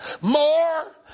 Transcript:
more